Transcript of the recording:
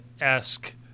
esque